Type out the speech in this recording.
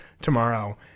tomorrow